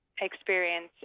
experience